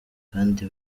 kandi